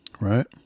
right